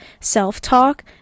self-talk